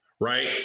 right